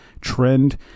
trend